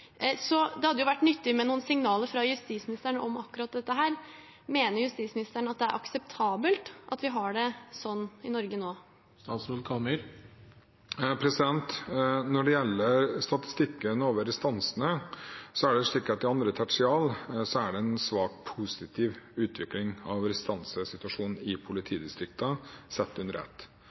det inn. Det hadde vært nyttig med noen signaler fra justisministeren om akkurat dette. Mener justisministeren at det er akseptabelt at vi har det sånn i Norge nå? Når det gjelder statistikken over restansene, er det i andre tertial en svakt positiv utvikling av restansesituasjonen i politidistriktene sett under ett.